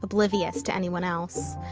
oblivious to anyone else.